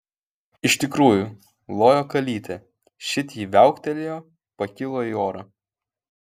iš tikrųjų lojo kalytė šit ji viauktelėjo pakilo į orą